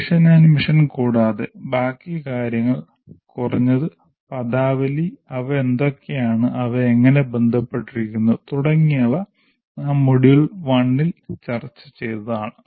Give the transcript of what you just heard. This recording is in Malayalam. Vision and mission കൂടാതെ ബാക്കി കാര്യങ്ങൾ കുറഞ്ഞത് പദാവലി അവ എന്തൊക്കെയാണ് അവ എങ്ങനെ ബന്ധപ്പെട്ടിരിക്കുന്നു തുടങ്ങിയവ നാം മൊഡ്യൂൾ 1 ൽ ചർച്ച ചെയ്തതാണ്